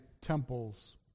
temples